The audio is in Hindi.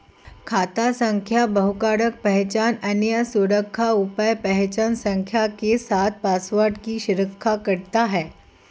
खाता संख्या बहुकारक पहचान, अन्य सुरक्षा उपाय पहचान संख्या के साथ पासवर्ड की सुरक्षा करते हैं